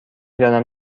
دانم